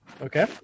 Okay